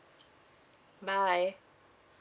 bye